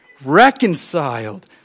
reconciled